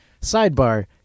sidebar